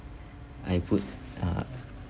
I put uh